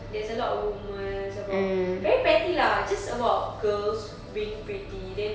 there's a lot of rumours about very petty lah just about girls being pretty then